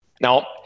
Now